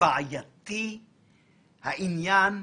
בעייתי העניין?